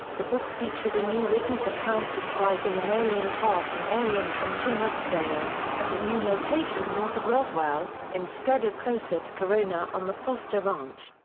the book featured a new witness account describing an alien craft and aliens from jim ragsdale, at a new location north of roswell, instead of closer to corona on the foster ranch.